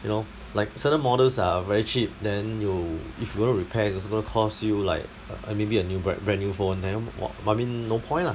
you know like certain models are very cheap then you if you want to repair it's going to cost you like uh maybe a new brand new phone then wha~ I mean no point lah